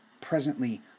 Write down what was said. presently